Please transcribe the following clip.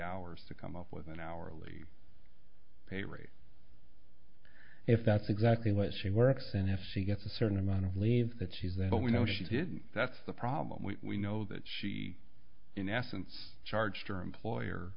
hours to come up with an hourly pay rate if that's exactly what she works in if she gets a certain amount of leave that she's there but we know she did that's the problem we know that she in essence charged her employer